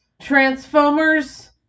transformers